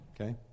okay